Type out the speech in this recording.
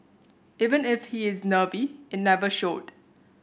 even if he is nervy it never showed